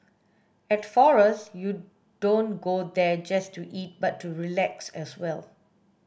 at forest you don't go there just to eat but to relax as well